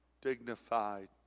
Dignified